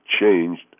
changed